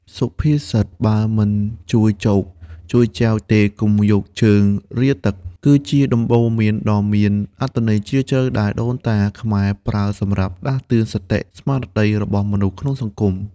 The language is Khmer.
សុភាសិត «បើមិនជួយចូកជួយចែវទេ កុំយកជើងរាទឹក» គឺជាដំបូន្មានដ៏មានអត្ថន័យជ្រាលជ្រៅដែលដូនតាខ្មែរប្រើសម្រាប់ដាស់តឿនសតិស្មារតីរបស់មនុស្សក្នុងសង្គម។